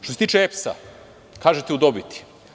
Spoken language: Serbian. Što se tiče EPS-a, kažete da je u dobiti.